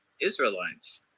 Israelites